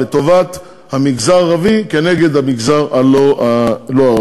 לטובת המגזר הערבי כנגד המגזר הלא-ערבי.